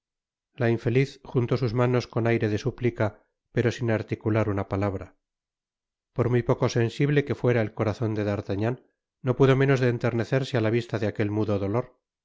la infeliz juntó sus manos con aire de súplica pero sin articular una palabra por muy poco sensible que fuera el corazon de d'artagnan no pudo menos de enternecerse á la visla de aquel mudo dolor